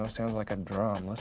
um sounds like a drum,